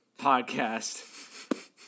podcast